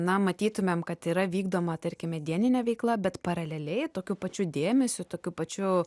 na matytumėm kad yra vykdoma tarkim medieninė veikla bet paraleliai tokiu pačiu dėmesiu tokiu pačiu